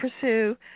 pursue